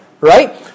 right